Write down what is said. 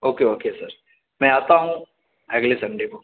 okay okay sir میں آتا ہوں اگلے سنڈے کو